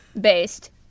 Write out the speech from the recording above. Based